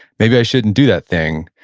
maybe i shouldn't do that thing.